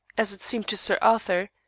as it seemed to sir arthur,